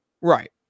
right